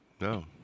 No